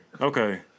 Okay